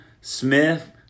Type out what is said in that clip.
Smith